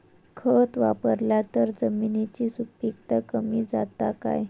खत वापरला तर जमिनीची सुपीकता कमी जाता काय?